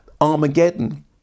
Armageddon